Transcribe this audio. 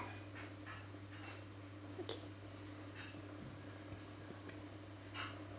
okay